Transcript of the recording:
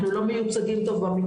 אנחנו לא מיוצגים טוב במקרא,